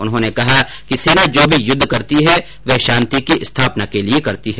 उन्होंने कहा कि सेना जो भी युद्ध करती है वह शांति की स्थापना के लिए करती है